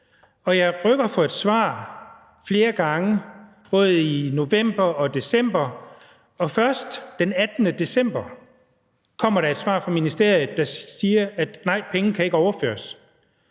jeg rykker for et svar flere gange både i november og december, og først den 18. december kommer der et svar fra ministeriet, der siger: Nej, pengene kan ikke overføres.